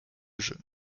jeux